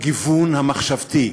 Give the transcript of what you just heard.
בגיוון המחשבתי,